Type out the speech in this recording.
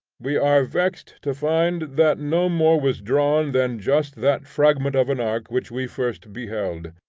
we are vexed to find that no more was drawn than just that fragment of an arc which we first beheld.